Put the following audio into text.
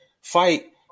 fight